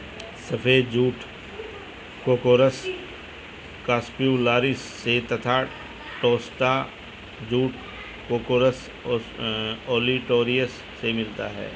सफ़ेद jute Corchorus capsularis से तथा टोस्सा जूट कोर्कोरस ओलिटोरियस से मिलता है